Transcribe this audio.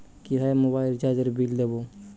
কিভাবে মোবাইল রিচার্যএর বিল দেবো?